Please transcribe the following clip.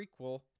prequel